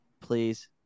Please